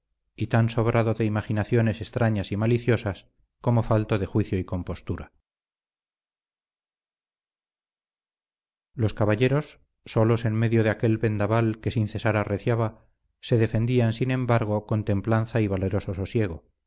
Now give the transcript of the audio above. y tan sobrado de imaginaciones extrañas y maliciosas como falto de juicio y compostura los caballeros solos en medio de aquel vendaval que sin cesar arreciaba se defendían sin embargo con templanza y valeroso sosiego